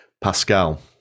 Pascal